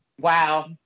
Wow